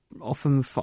often